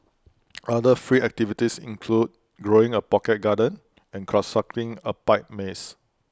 other free activities include growing A pocket garden and constructing A pipe maze